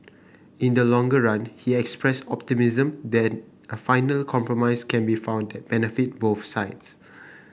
in the longer run he expressed optimism that a final compromise can be found that benefit both sides